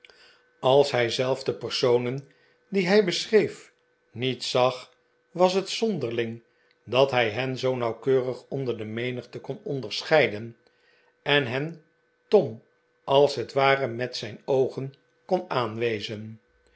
als hij zelf de personen die hij beschreef niet zag was het zonderling dat hij hen zoo nauwkeurig onder de menigte kon onderscheiden en hen tom als het ware met zijn oogen kon